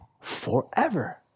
forever